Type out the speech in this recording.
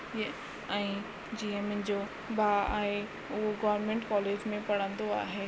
ही ऐं जीअं मुंहिंजो भाउ आहे उहो गवर्मेंट कोलेज में पढ़न्दो आहे